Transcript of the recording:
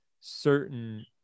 certain